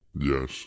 Yes